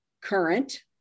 current